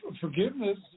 Forgiveness